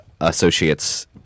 associates